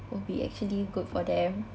will be actually good for them